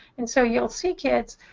and so you'll see kids